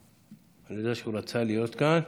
אני יודע שהוא רצה להיות כאן,